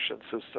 system